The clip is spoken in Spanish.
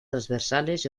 transversales